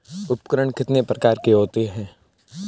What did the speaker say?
उपकरण कितने प्रकार के होते हैं?